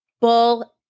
bull